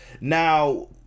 Now